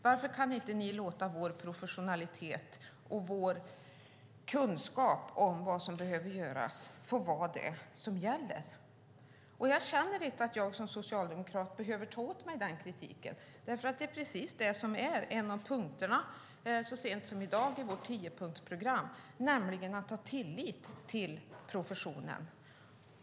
Varför kan ni inte låta vår professionalitet och vår kunskap om vad som behöver göras få gälla? Jag känner inte att jag som socialdemokrat behöver ta åt mig den kritiken, för det är precis detta som är en av punkterna i vårt tiopunktsprogram från så sent som i dag - nämligen att ha tillit till professionen.